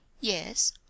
yes